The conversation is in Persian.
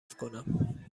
کنم